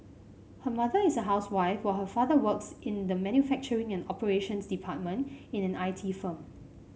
her mother is a housewife while her father works in the manufacturing and operations department at an I T firm